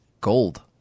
gold